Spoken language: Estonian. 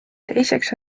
teiseks